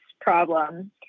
problem